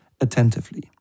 attentively